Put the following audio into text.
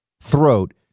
throat